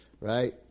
right